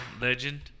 legend